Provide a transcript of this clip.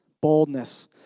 Boldness